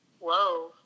Whoa